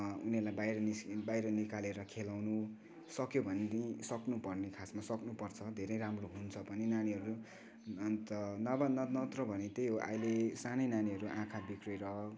अँ उनीहरूलाई बाहिर निस्क बाहिर निकालेर खेलाउनु सक्यो भने देखि सक्नु पर्ने खासमा सक्नुपर्छ धेरै राम्रो हुन्छ पनि नानीहरू अन्त नभा नत्र भने त्यही हो अहिले सानै नानीहरू आँखा बिग्रिएर